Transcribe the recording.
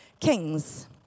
kings